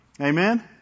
Amen